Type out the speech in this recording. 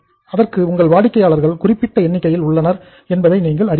அதற்கு உங்கள் வாடிக்கையாளர்கள் குறிப்பிட்ட எண்ணிக்கையில் உள்ளனர் என்பதை நீங்கள் அறிவீர்கள்